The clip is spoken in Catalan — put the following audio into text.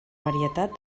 varietat